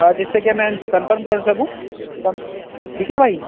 اور جس سے کہ میں کنفرم کر سکوں ٹھیک ہے بھائی